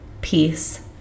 peace